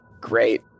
Great